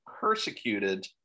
persecuted